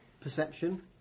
perception